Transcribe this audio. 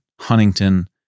Huntington